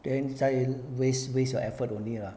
then 在 waste waste your effort only lah